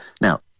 now